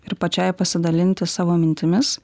ir pačiai pasidalinti savo mintimis